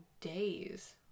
days